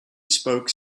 spoke